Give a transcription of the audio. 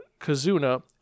Kazuna